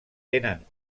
tenen